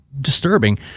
disturbing